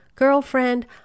girlfriend